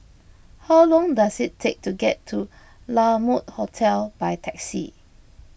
how long does it take to get to La Mode Hotel by taxi